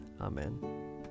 Amen